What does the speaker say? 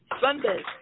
Sunday